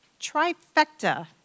trifecta